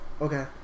Okay